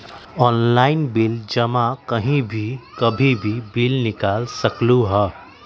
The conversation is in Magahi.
ऑनलाइन बिल जमा कहीं भी कभी भी बिल निकाल सकलहु ह?